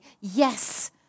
yes